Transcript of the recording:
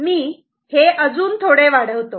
मी हे अजून थोडे वाढवतो